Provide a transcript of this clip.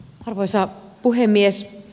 arvoisa puhemies